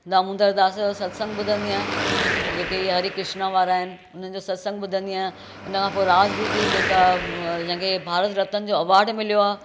दामोदर दास जो सत्संग बुधंदी आहियां जेके इहे हरी कृष्णा वारा आहिनि उन्हनि जो सत्संग ॿुधंदी आहियां हुन खां पोइ राज दीदी जेका जंहिंखे भारत रतन जो अवॉड मिलियो आहे